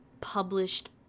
published